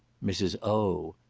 mrs. o.